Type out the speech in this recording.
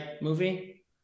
movie